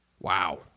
Wow